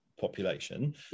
population